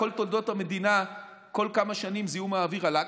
בכל תולדות המדינה כל כמה שנים זיהום האוויר עלה,